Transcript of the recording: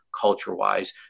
culture-wise